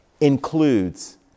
includes